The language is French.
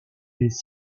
des